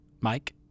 Mike